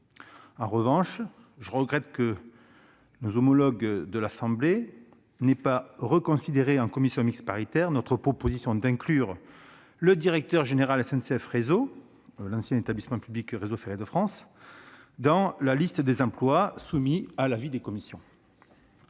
En revanche, je regrette que nos homologues de l'Assemblée nationale n'aient pas reconsidéré en commission mixte paritaire notre proposition d'inclure le directeur général de SNCF Réseau- ancien établissement public Réseau ferré de France -dans la liste des emplois soumis à l'avis des commissions.